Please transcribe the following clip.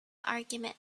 argument